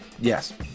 Yes